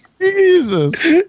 Jesus